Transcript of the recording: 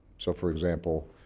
so for example,